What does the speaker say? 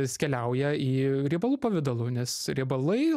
jis keliauja į riebalų pavidalu nes riebalai